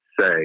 say